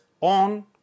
on